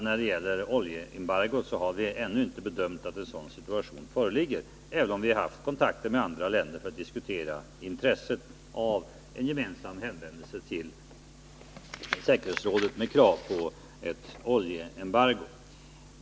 När det gäller oljeembargot har vi ännu inte bedömt att en sådan situation föreligger, även om vi haft kontakter med andra länder för att diskutera intresset av en gemensam hänvändelse till säkerhetsrådet med krav på ett oljeembargo.